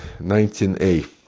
19a